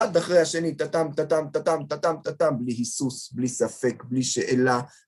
אחד אחרי השני, טטם, טטם, טטם, טטם, טטם, בלי היסוס, בלי ספק, בלי שאלה.